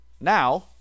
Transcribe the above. Now